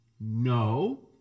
no